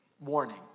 warning